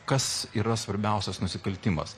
kas yra svarbiausias nusikaltimas